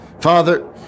Father